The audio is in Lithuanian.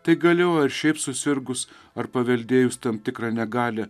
tai galioja ir šiaip susirgus ar paveldėjus tam tikrą negalią